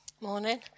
Morning